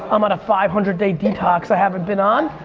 i'm on a five hundred day detox i haven't been on,